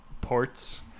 Ports